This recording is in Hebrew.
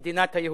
תאמין לי,